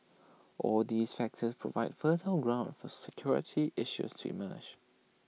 all these factors provide fertile ground for security issues to emerge